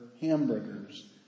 hamburgers